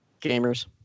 Gamers